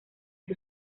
sus